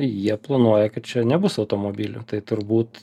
jie planuoja kad čia nebus automobilių tai turbūt